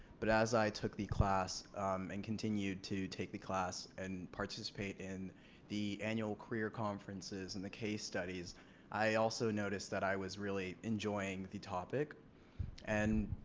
but as i took the class and continued to take the class and participate in the annual career conferences and the case studies i also noticed that i was really enjoying the topic and